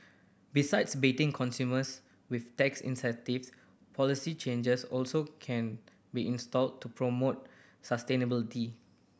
besides baiting consumers with tax incentives policy changes also can be instilled to promote sustainability